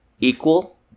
equal